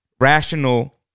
rational